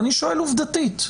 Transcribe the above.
ואני שואל עובדתית,